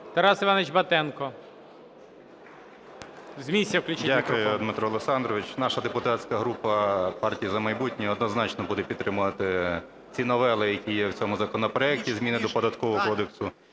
Тарас Іванович Батенко. З місця включіть мікрофон. 15:02:09 БАТЕНКО Т.І. Дякую, Дмитро Олександрович. Наша депутатська група "Партія "За майбутнє" однозначно буде підтримувати ці новели, які є в цьому законопроекті, зміни до Податкового кодексу.